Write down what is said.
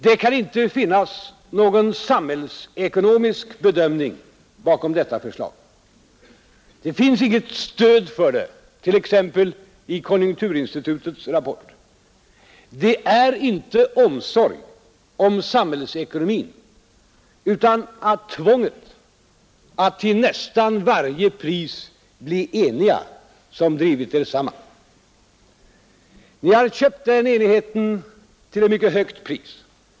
Det kan inte finnas någon samhällsekonomisk bedömning bakom detta förslag. Det finns inte något stöd för det, t.ex. i konjunkturinstitutets rapport. Det är inte omsorg om samhällsekonomin, utan tvånget att till nästan varje pris bli eniga, som drivit er samman, Ni har köpt den enigheten till ett mycket högt pris.